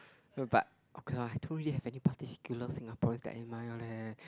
but okay lah I don't really have any particular Singaporeans that I admire leh